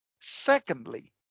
Secondly